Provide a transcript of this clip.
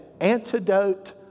antidote